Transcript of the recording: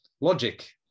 logic